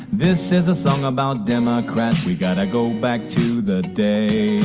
this is a song about democrats. we've got to go back to the day.